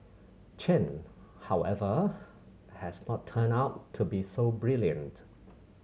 Chen however has not turned out to be so brilliant